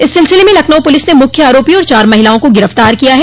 इस सिलसिले में लखनऊ पुलिस ने मुख्य आरोपी और चार महिलाओं को गिरफ़्तार किया है